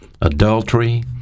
adultery